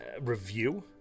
review